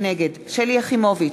נגד שלי יחימוביץ,